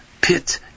pit